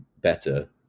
better